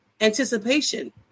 anticipation